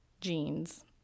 jeans